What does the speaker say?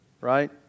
right